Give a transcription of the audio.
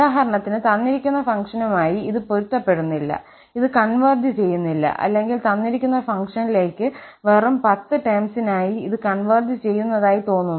ഉദാഹരണത്തിന് തന്നിരിക്കുന്ന ഫംഗ്ഷനുമായി ഇത് പൊരുത്തപ്പെടുന്നില്ല ഇത് കൺവെർജ് ചെയ്യുന്നില്ല അല്ലെങ്കിൽ തന്നിരിക്കുന്ന ഫംഗ്ഷനിലേക്ക് വെറും 10 ടെംസിനായി ഇത് കൺവെർജ് ചെയ്യുന്നതായി തോന്നുന്നു